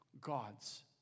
God's